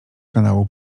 kanału